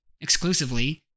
exclusively